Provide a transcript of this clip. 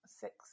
six